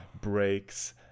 breaks